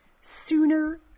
sooner